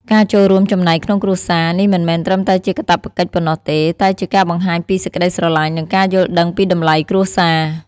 ការចូលរួមចំណែកក្នុងគ្រួសារ នេះមិនមែនត្រឹមតែជាកាតព្វកិច្ចប៉ុណ្ណោះទេ តែជាការបង្ហាញពីសេចក្តីស្រឡាញ់ និងការយល់ដឹងពីតម្លៃគ្រួសារ។